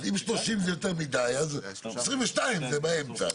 אם 30 זה יותר מדי, אז 22 זה באמצע.